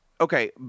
okay